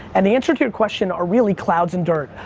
and the answer to your question are really clouds and dirt,